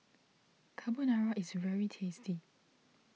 Carbonara is very tasty